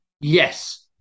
Yes